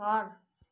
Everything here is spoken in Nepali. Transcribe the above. घर